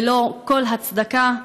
ללא כל הצדקה.